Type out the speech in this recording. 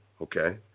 okay